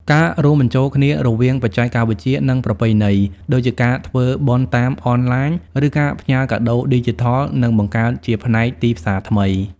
ការរួមបញ្ចូលគ្នារវាងបច្ចេកវិទ្យា និងប្រពៃណី ដូចជាការធ្វើបុណ្យតាមអនឡាញ ឬការផ្ញើកាដូឌីជីថល នឹងបង្កើតជាផ្នែកទីផ្សារថ្មី។